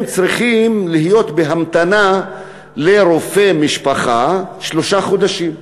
הם צריכים להיות בהמתנה לרופא משפחה שלושה חודשים,